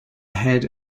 head